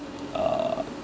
uh